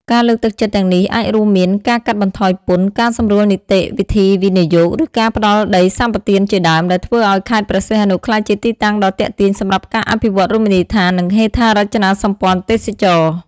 ការលើកទឹកចិត្តទាំងនេះអាចរួមមាន ការកាត់បន្ថយពន្ធ ការសម្រួលនីតិវិធីវិនិយោគ ឬការផ្តល់ដីសម្បទានជាដើម ដែលធ្វើឲ្យខេត្តព្រះសីហនុក្លាយជាទីតាំងដ៏ទាក់ទាញសម្រាប់ការអភិវឌ្ឍរមណីយដ្ឋាន និងហេដ្ឋារចនាសម្ព័ន្ធទេសចរណ៍។